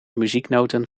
muzieknoten